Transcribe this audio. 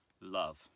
love